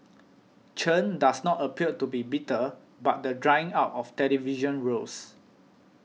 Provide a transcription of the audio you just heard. Chen does not appear to be bitter about the drying up of television roles